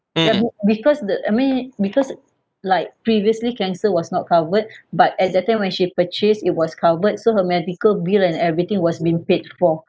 and because the I mean because like previously cancer was not covered but at that time when she purchased it was covered so her medical bill and everything was been paid for